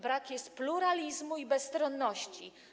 Brak jest pluralizmu i bezstronności.